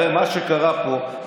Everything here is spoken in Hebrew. הרי מה שקרה פה,